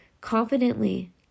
confidently